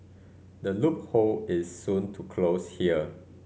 the loophole is soon to close here